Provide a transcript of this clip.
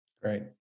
Great